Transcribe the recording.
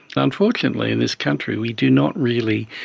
unfortunately in this country we do not really